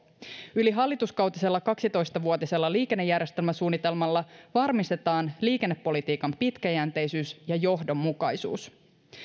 ylihallituskautisella kaksitoista vuotisella liikennejärjestelmäsuunnitelmalla varmistetaan liikennepolitiikan pitkäjänteisyys ja johdonmukaisuus